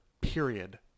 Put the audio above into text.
period